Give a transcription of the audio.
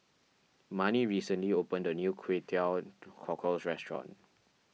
Marnie recently opened a new Kway Teow Cockles restaurant